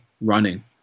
running